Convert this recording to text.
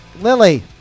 Lily